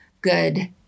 good